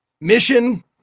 mission